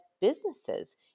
businesses